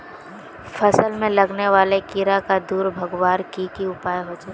फसल में लगने वाले कीड़ा क दूर भगवार की की उपाय होचे?